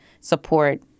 support